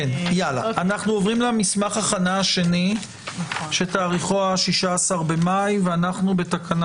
אנחנו עוברים למסמך הכנה השני שתאריכו ה-16 במאי ואנחנו בתקנה